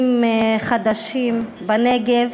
"בנגב,